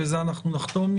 ובזה אנחנו נחתום.